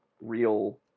real